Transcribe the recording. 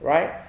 Right